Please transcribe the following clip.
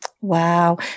Wow